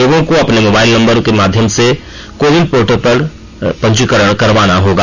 लोगों को अपने मोबाइल नम्बर में माध्यम से कोविन पोर्टल पर पंजीकरण करवाना होगा